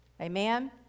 Amen